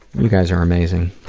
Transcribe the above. you guys are amazing.